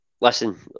Listen